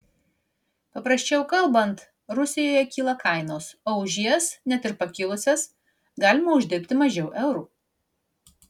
paprasčiau kalbant rusijoje kyla kainos o už jas net ir pakilusias galima uždirbti mažiau eurų